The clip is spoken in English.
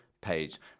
page